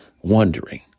wondering